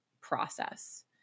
process